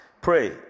Pray